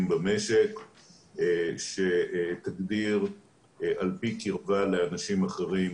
במשק שתגדיר על פי קירבה לאנשים אחרים